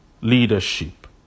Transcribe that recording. leadership